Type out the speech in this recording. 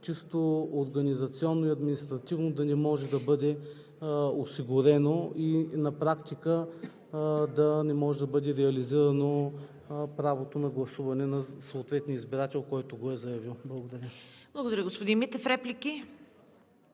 чисто организационно и административно да не може да бъде осигурено и на практика да не може да бъде реализирано правото на гласуване на съответния избирател, който го е заявил. Благодаря. ПРЕДСЕДАТЕЛ ЦВЕТА КАРАЯНЧЕВА: Благодаря, господин Митев. Реплики?